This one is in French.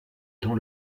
dans